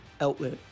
outlet